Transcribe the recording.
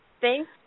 Thanks